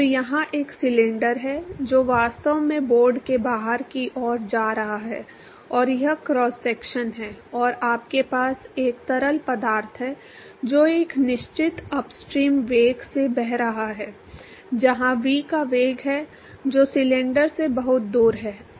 तो यहाँ एक सिलेंडर है जो वास्तव में बोर्ड के बाहर की ओर जा रहा है और यह क्रॉस सेक्शन है और आपके पास एक तरल पदार्थ है जो एक निश्चित अपस्ट्रीम वेग से बह रहा है जहाँ V वह वेग है जो सिलेंडर से बहुत दूर है